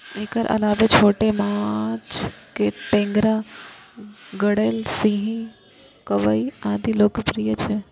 एकर अलावे छोट माछ मे टेंगरा, गड़ई, सिंही, कबई आदि लोकप्रिय छै